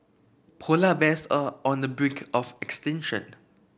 polar bears are on the brink of extinction